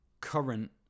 current